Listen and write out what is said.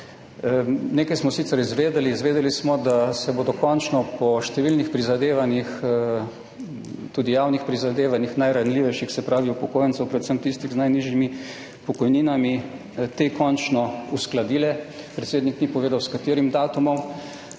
Nekaj smo sicer izvedeli. Izvedeli smo, da se bodo končno po številnih prizadevanjih, tudi javnih prizadevanjih najranljivejših, se pravi upokojencev, predvsem tistih z najnižjimi pokojninami, te končno uskladile. Predsednik ni povedal s katerim datumom.